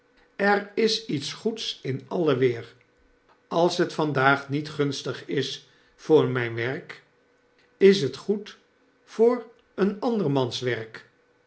er is iets goeds in alle weer als het vandaag niet gunstig is voor mijn werk is t goed voor een ander